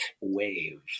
Wave